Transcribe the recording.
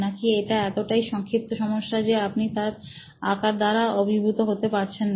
নাকি এটা এতটাই সংক্ষিপ্ত সমস্যা যে আপনি তার আকার দ্বারা অভিভূত হতে পারছেন না